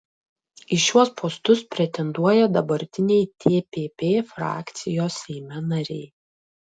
į šiuos postus pretenduoja dabartiniai tpp frakcijos seime nariai